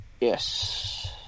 Yes